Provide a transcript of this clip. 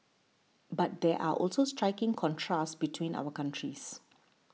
but there are also striking contrasts between our countries